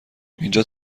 اینجا